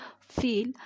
feel